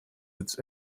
its